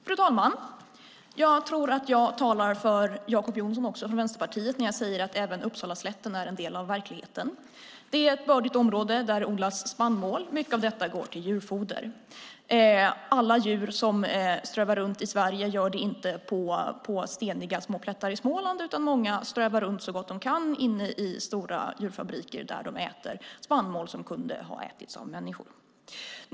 Fru talman! Jag tror att jag talar för Jacob Johnson från Vänsterpartiet också när jag säger att även Uppsalaslätten är en del av verkligheten. Det är ett bördigt område där det odlas spannmål, och mycket av detta går till djurfoder. Alla djur som strövar runt i Sverige gör det inte på steniga små plättar i Småland, utan många strövar runt så gott de kan inne i stora djurfabriker där de äter spannmål som kunde ha ätits av människor.